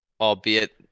albeit